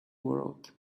world